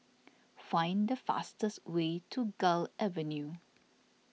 find the fastest way to Gul Avenue